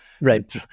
Right